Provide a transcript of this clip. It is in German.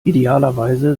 idealerweise